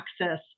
access